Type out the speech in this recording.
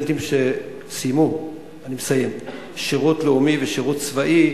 לסטודנטים שסיימו שירות לאומי ושירות צבאי,